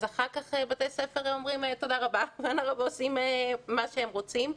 אחר כך בתי הספר אומרים תודה רבה ועושים מה שהם רוצים.